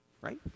Right